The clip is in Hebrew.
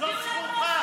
זאת זכותך.